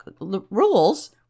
rules